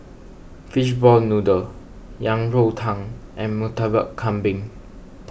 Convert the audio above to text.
Fishball Noodle Yang Rou Tang and Murtabak Kambing